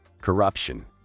corruption